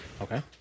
Okay